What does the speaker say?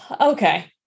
Okay